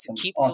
keep